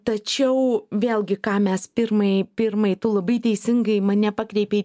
tačiau vėl gi ką mes pirmai pirmai tu labai teisingai mane pakreipėi